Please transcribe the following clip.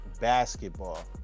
basketball